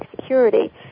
security